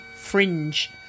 Fringe